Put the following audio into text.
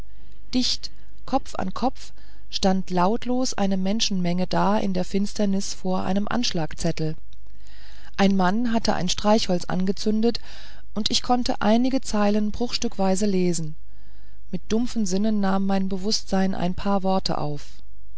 dicht kopf an kopf stand lautlos eine menschenmenge da in der finsternis vor einem anschlagszettel ein mann hatte ein streichholz angezündet und ich konnte einige zeilen bruchstückweise lesen mit dumpfen sinnen nahm mein bewußtsein ein paar worte auf